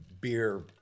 beer